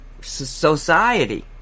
society